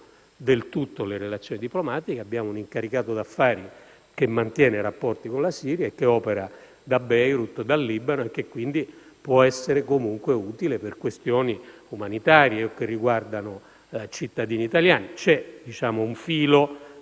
del tutto: abbiamo un incaricato d'affari che mantiene rapporti con la Siria e che opera da Beirut, in Libano, e che quindi può essere comunque utile per questioni umanitarie o che riguardano cittadini italiani. C'è un filo